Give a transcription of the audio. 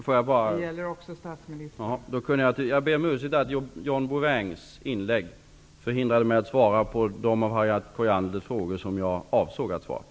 Fru talman! Jag ber om ursäkt för att John Bouvins inlägg förhindrade mig att svara på de av Harriet Collianders frågor som jag avsåg att besvara.